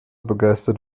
begeistert